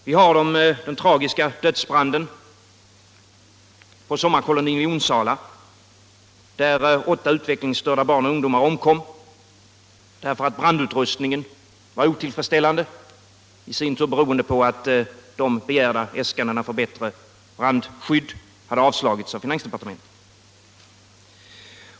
Vi har den tragiska dödsbranden på sommarkolonin i Onsala, där åtta utvecklingsstörda barn och ungdomar omkom därför att brandutrustningen var otillfredsställande, i sin tur beroende på att äskandena för bättre brandskydd hade avslagits av finansdepartementet.